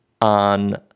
on